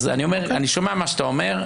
אז אני שומע מה שאתה אומר,